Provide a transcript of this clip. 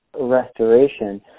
restoration